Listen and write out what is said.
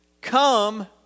Come